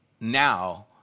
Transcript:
Now